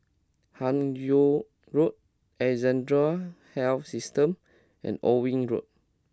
Hun Yeang Road Alexandra Health System and Owen Road